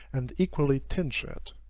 and equally tinge it.